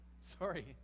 Sorry